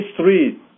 three